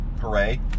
hooray